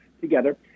together